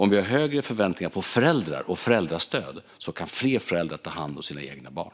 Om vi har högre förväntningar på föräldrar och föräldrastöd kan fler föräldrar ta hand om sina egna barn.